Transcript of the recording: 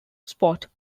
spot